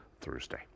Thursday